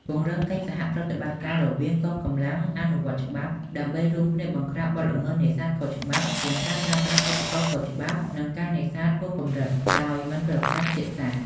ពង្រឹងកិច្ចសហប្រតិបត្តិការរវាងកងកម្លាំងអនុវត្តច្បាប់ ដើម្បីរួមគ្នាបង្ក្រាបបទល្មើសនេសាទខុសច្បាប់ ទាំងការប្រើប្រាស់ឧបករណ៍ខុសច្បាប់ និងការនេសាទហួសកម្រិត ដោយមិនប្រកាន់ជាតិសាសន៍។